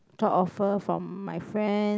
job offer from my friend